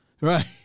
right